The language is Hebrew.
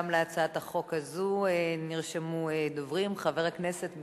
גם להצעת החוק הזאת נרשמו דוברים, אני